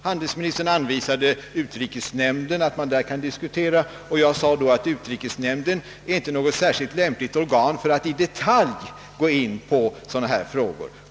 Handelsministern anvisade utrikesnämnden som ett forum för diskussioner härvidlag, men jag anser — som jag framhållit — inte att utrikesnämnden är något särskilt lämpligt organ för att i detalj gå in på sådana här frågor.